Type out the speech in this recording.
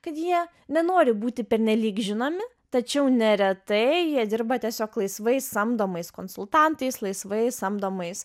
kad jie nenori būti pernelyg žinomi tačiau neretai jie dirba tiesiog laisvai samdomais konsultantais laisvai samdomais